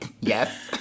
Yes